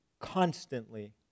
constantly